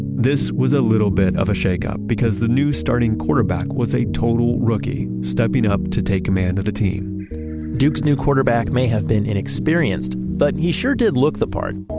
this was a little bit of a shakeup because the new starting quarterback was a total rookie stepping up to take command of the team duke's new quarterback may have been inexperienced, but he sure did look the part.